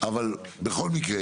כל הרעיון של